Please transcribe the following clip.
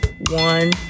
one